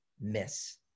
miss